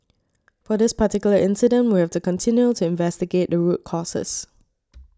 for this particular incident we have to continue to investigate the root causes